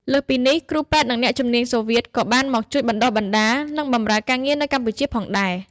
លើសពីនេះ គ្រូពេទ្យ និងអ្នកជំនាញសូវៀតក៏បានមកជួយបណ្តុះបណ្តាល និងបម្រើការងារនៅកម្ពុជាផងដែរ។